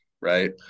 right